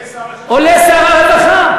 עולה שר הרווחה.